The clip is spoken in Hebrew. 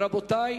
רבותי,